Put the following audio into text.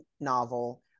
novel